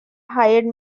hired